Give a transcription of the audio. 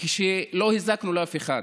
כשלא הזקנו לאף אחד?